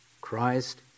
Christ